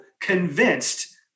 convinced